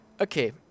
Okay